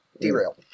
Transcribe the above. Derail